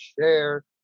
share